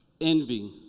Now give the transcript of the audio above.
Envy